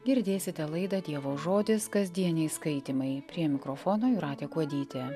girdėsite laidą dievo žodis kasdieniai skaitymai prie mikrofono jūratė kuodytė